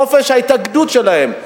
חופש ההתאגדות שלהם,